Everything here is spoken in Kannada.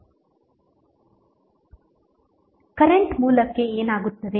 ಕರೆಂಟ್ ಮೂಲಕ್ಕೆ ಏನಾಗುತ್ತದೆ